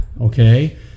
okay